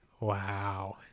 Wow